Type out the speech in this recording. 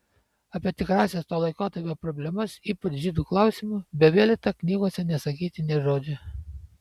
apie tikrąsias to laikotarpio problemas ypač žydų klausimu bevelyta knygose nesakyti nė žodžio